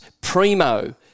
Primo